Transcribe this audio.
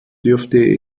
dürfte